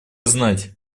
знать